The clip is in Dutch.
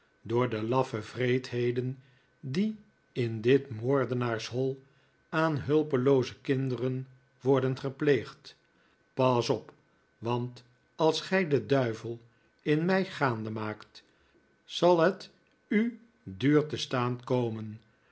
door de laffe wreedheden die in dit moordenaarshol aan hulpelooze kinderen worden gepleegd pas op want als gij den duivel in mij gaande maakt zal het u duur te staan komen